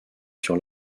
sur